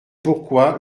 pourquoi